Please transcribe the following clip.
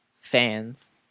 fans